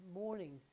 morning